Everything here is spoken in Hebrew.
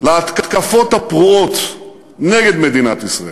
להתקפות הפרועות נגד מדינת ישראל.